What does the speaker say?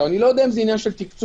אני לא יודע אם זה עניין של תקצוב,